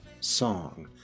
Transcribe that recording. song